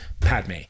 Padme